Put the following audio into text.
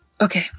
Okay